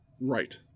Right